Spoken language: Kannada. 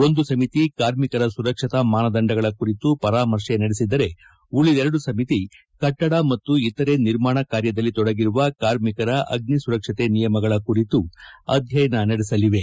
ಒಂದು ಸಮಿತಿ ಕಾರ್ಮಿಕರ ಸುರಕ್ಷತಾ ಮಾನದಂಡಗಳ ಕುರಿತು ಪರಾಮರ್ಶೆ ನಡೆಸಿದರೆ ಉಳಿದೆರಡು ಸಮಿತಿ ಕಟ್ಟಡ ಮತ್ತು ಇತರೆ ನಿರ್ಮಾಣ ಕಾರ್ಯದಲ್ಲಿ ತೊಡಗಿರುವ ಕಾರ್ಮಿಕರ ಅಗ್ನಿ ಸುರಕ್ಷತೆ ನಿಯಮಗಳ ಕುರಿತು ಅಧ್ಯಯನ ನಡೆಸಲಿವೆ